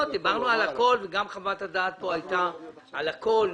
דיברנו על הכול וגם חוות הדעת כאן הייתה על הכול.